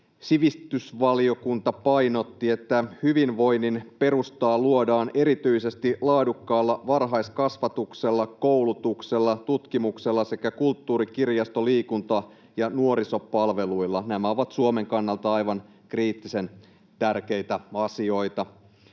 sivistysvaliokunta painotti, että hyvinvoinnin perustaa luodaan erityisesti laadukkaalla varhaiskasvatuksella, koulutuksella, tutkimuksella sekä kulttuuri-, kirjasto-, liikunta- ja nuorisopalveluilla. Nämä ovat Suomen kannalta aivan kriittisen tärkeitä asioita.